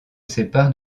sépare